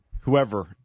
whoever